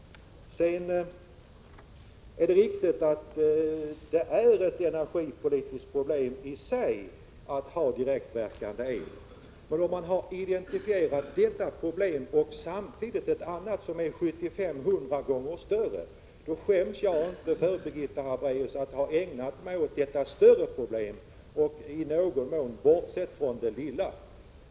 Det är riktigt att det är ett energipolitiskt problem i sig att ha direktverkande el. Men om man har identifierat detta problem och samtidigt ett annat som är 75-100 gånger större, skäms jag inte för att jag har ägnat mig åt det större problemet och i någon mån har bortsett från det lilla.